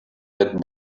had